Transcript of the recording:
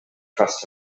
trust